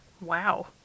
Wow